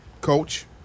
coach